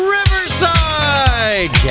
Riverside